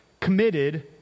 committed